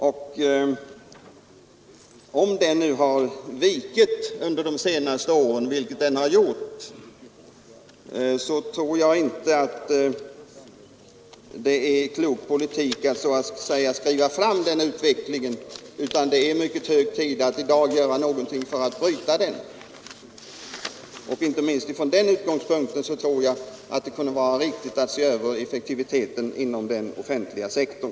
Om sysselsättningen där har vikit under de senaste två åren — vilket den har gjort — tror jag inte att det är en klok politik att så att säga skriva fram den utvecklingen. Det är i stället hög tid att i dag göra någonting för att bryta den. Inte minst från den utgångspunkten tror jag det kunde vara riktigt att se över effektiviteten inom den offentliga sektorn.